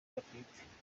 batwite